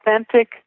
authentic